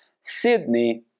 Sydney